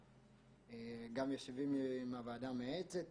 גם יושבים עם הוועדה המייעצת